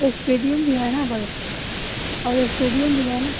stadium भी है ना बड़ा और इस्टेडियम भी है ना